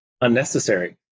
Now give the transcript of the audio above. unnecessary